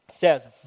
says